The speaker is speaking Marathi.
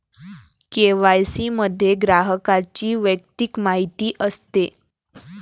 के.वाय.सी मध्ये ग्राहकाची वैयक्तिक माहिती असते